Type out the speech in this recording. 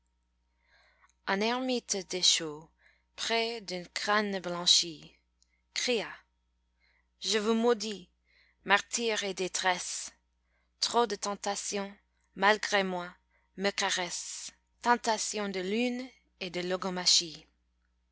un ermite déchaux près d'un crâne blanchi cria je vous maudis martyres et détresses trop de tentations malgré moi me caressent tentations de lune et de logomachies